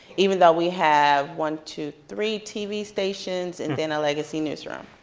even though we have one, two, three tv stations and then a legacy newsroom.